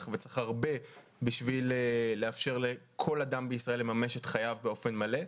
- וצריך הרבה - בשביל לאפשר לכל אדם בישראל לממש את חייו באופן מלא.